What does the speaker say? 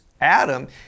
Adam